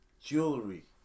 jewelry